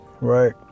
right